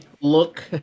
look